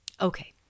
Okay